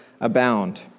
abound